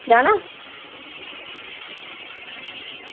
जाना